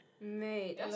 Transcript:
Mate